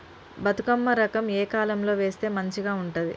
బతుకమ్మ రకం ఏ కాలం లో వేస్తే మంచిగా ఉంటది?